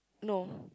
no